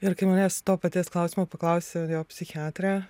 ir kai manęs to paties klausimo paklausė jo psichiatrė